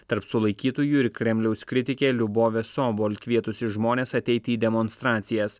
tarp sulaikytųjų ir kremliaus kritikė liubovė sobol kvietusi žmones ateiti į demonstracijas